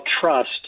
trust